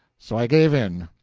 so i gave in,